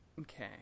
Okay